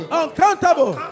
uncountable